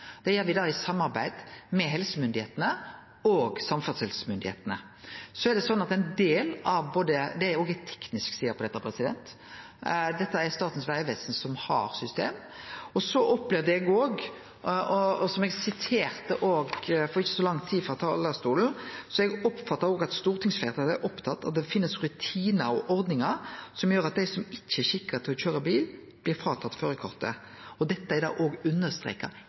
Det gjer me i samarbeid med helsemyndigheitene og samferdselsmyndigheitene. Det er òg ei teknisk side ved dette, og det er Statens vegvesen som har systemet. Så oppfatta eg òg, som eg siterte for ikkje så lenge sidan frå talarstolen, at stortingsfleirtalet er opptatt av at det finst rutinar og ordningar som gjer at dei som ikkje er skikka til å køyre bil, blir fråtatt førarkortet. Dette er understreka i ein fleirtalsmerknad. Det